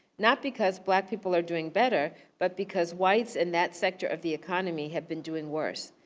not because black people are doing better, but because whites in that sector of the economy have been doing worse,